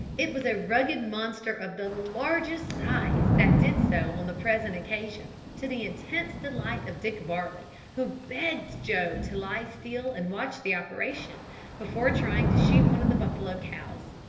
it was a rugged monster of the largest size that did so on the present occasion, to the intense delight of dick varley, who begged joe to lie still and watch the operation before trying to shoot one of the buffalo cows.